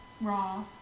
raw